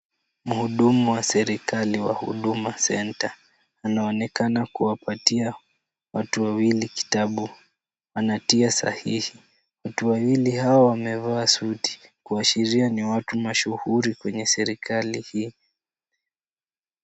Mhudumu wa serikali wa huduma centre anaonekana kuwapatia watu wawili kitabu wanatia sahihi. Watu wawili hao wamevaa suti kuashiria ni watu mashuhuri kwenye serikali hii.